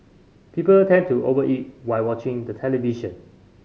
people tend to over eat while watching the television